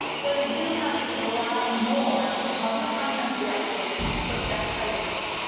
so they do have to rely more on the content of the actual text of that title page.